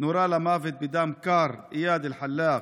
נורה למוות בדם קר איאד אלחלאק,